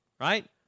right